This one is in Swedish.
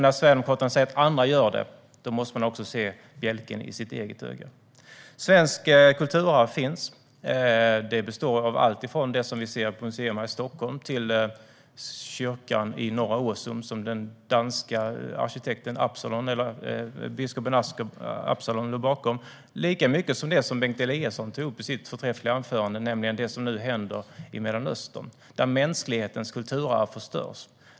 När Sverigedemokraterna säger att andra gör det måste de också se bjälken i sitt eget öga. Svenskt kulturarv finns. Det består av alltifrån det vi ser på museer här i Stockholm till kyrkan i Norra Åsum som den danska biskopen Absalon låg bakom. Men det handlar lika mycket om det som Bengt Eliasson tog upp i sitt förträffliga anförande, nämligen det som nu händer i Mellanöstern där mänsklighetens kulturarv förstörs.